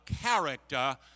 character